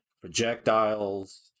projectiles